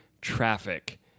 traffic